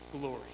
glory